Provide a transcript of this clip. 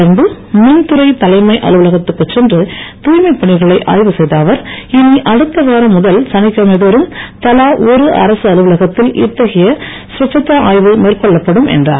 தொடர்ந்து மின்துறை தலைமை அலுவலகத்துக்குச் சென்று தூய்மைப் பணிகளை ஆய்வு செய்த அவர் இனி அடுத்த வாரம் முதல் சனிக்கிழமை தோறும் தலா ஒரு அரசு அலுவலகத்தில் இத்தகைய ஸ்வச்தா ஆய்வு மேற்கொள்ளப்படும் என்றார்